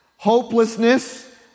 Hopelessness